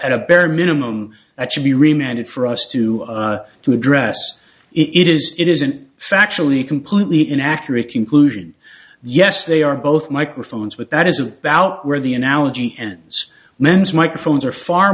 at a bare minimum it should be remanded for us to to address it is it is an factually completely inaccurate conclusion yes they are both microphones but that is about where the analogy ends men's microphones are far